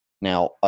Now